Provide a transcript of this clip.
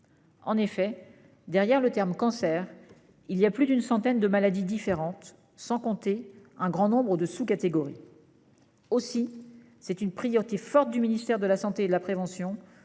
En effet, le terme « cancer » recouvre plus d'une centaine de maladies différentes, sans compter un grand nombre de sous-catégories. Aussi, c'est une priorité forte du ministère de la santé et de la prévention